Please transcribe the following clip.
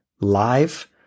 Live